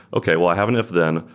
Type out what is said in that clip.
okay. well, i have enough then,